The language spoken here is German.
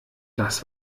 das